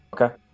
Okay